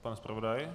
Pan zpravodaj?